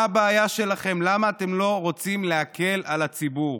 מה הבעיה שלכם, למה אתם לא רוצים להקל על הציבור?